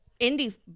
indie